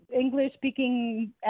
English-speaking